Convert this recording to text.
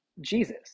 jesus